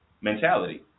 mentality